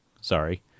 sorry